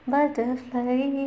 Butterfly